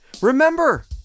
Remember